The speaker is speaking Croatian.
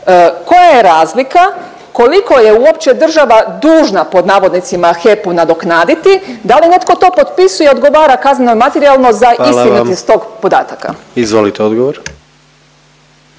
koja je razlika, koliko je uopće država dužna pod navodnicima HEP-u nadoknaditi. Da li netko to potpisuje i odgovara kazneno ili materijalno za istinitost tih podataka. **Jandroković,